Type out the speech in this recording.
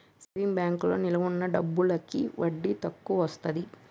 saving బ్యాంకులో నిలవ ఉన్న డబ్బులకి వడ్డీ తక్కువొస్తది